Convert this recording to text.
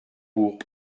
bourg